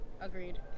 agreed